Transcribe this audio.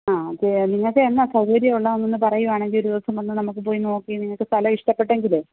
ആ നിങ്ങൾക്ക് എന്നാ സൗകര്യമുള്ളതെന്ന് പറയുകയാണെങ്കിൽ ഒരു ദിവസം നമുക്ക് പോയി നോക്കി നിങ്ങൾക്ക് സ്ഥലം ഇഷ്ടപ്പെട്ടെങ്കിലേ